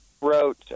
wrote